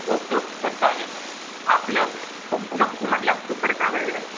okay okay sir चालेल आपलं कोणते लोकेशन म्हटलं परत सांगा एकदा